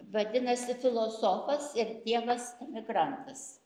vadinasi filosofas ir dievas emigrantas